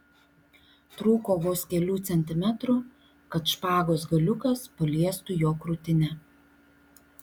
trūko vos kelių centimetrų kad špagos galiukas paliestų jo krūtinę